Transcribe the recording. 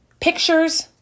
pictures